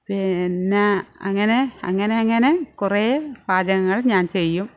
പിന്നെ അങ്ങനെ അങ്ങനങ്ങനെ കുറെ പാചകങ്ങൾ ഞാൻ ചെയ്യും